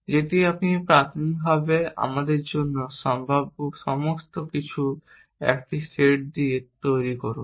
যেটি আপনি প্রাথমিকভাবে আমাদের জন্য সম্ভাব্য সমস্ত কিছুর একটি সেট দিয়ে শুরু করুন